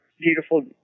beautiful